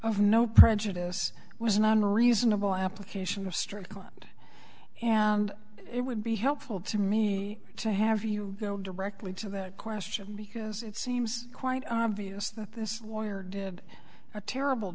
of no prejudice was an unreasonable application of strickland and it would be helpful to me to have you go directly to that question because it seems quite obvious that this wire did a terrible